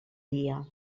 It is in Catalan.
dia